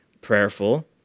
prayerful